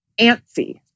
antsy